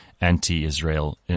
anti-Israel